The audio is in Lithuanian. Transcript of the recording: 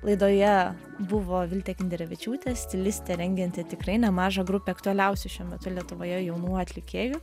laidoje buvo viltė kinderevičiūtė stilistė rengianti tikrai nemažą grupę aktualiausių šiuo metu lietuvoje jaunų atlikėjų